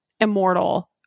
immortal